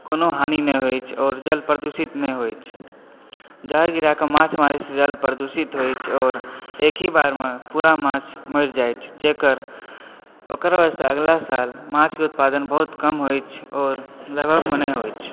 कोनो हानि नहि होइत अछि आओर जल प्रदूषित नहि होइत अछि जहर गिराके माछ मारै छै जल प्रदूषित होइत अछि आओर एक ही बार मे पूरा माछ मरि जाइत अछि जेकर ओकरो सॅं अगला साल माछ के उत्पादन बहुत कम होइत अछि आओर लगभग मे नहि होइत अछि